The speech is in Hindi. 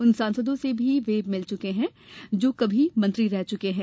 उन सांसदों से भी वे मिल चुके हैं जो कभी मंत्री रह चुके हैं